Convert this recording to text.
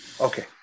Okay